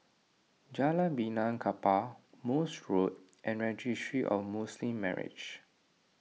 Jalan Benaan Kapal Morse Road and Registry of Muslim Marriages